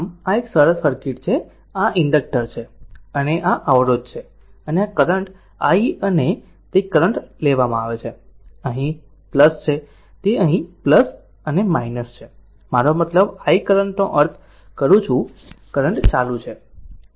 આમ આ એક સરળ સર્કિટ છે જે આ ઇન્ડક્ટર છે અને આ અવરોધ છે અને આ કરંટ i અને તે કરંટ લેવામાં આવે છે તે અહીં છે તે અહીં છે મારો મતલબ i કરંટ નો અર્થ કરું છું કરંટ ચાલુ છે